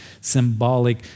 symbolic